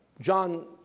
John